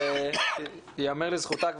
שייאמר לזכותה,